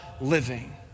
living